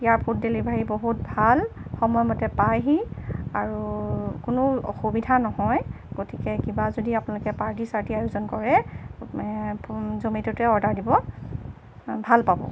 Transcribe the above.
ইয়াৰ food delivery বহুত ভাল সময়মতে পায়হি আৰু কোনো অসুবিধা নহয় গতিকে কিবা যদি আপোনালোকে পাৰ্টি চাৰ্টি আয়োজন কৰে জ'মেটতে অৰ্ডাৰ দিব ভাল পাব